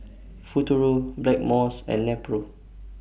Futuro Blackmores and Nepro